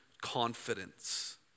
confidence